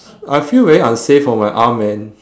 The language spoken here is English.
I feel very unsafe for my arm man